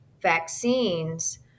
vaccines